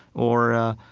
or,